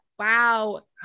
Wow